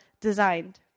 designed